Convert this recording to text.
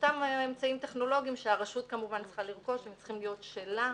אותם אמצעים טכנולוגיים שהרשות כמובן צריכה לרכוש הם צריכים להיות שלה,